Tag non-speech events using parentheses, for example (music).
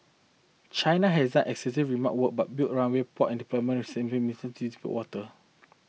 China has done extensive remark work but built runway port and (unintelligible) the disputed water